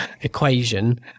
equation